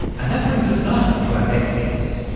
and that brings us nicely to our next guest.